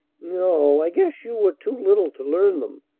no, i guess you were too little to learn them.